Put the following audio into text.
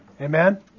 Amen